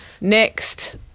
next